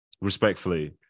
respectfully